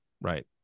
Right